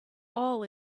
all